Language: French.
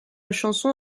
chanson